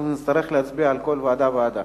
אנחנו נצטרך להצביע על כל ועדה וועדה.